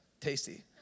tasty